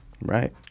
Right